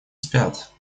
спят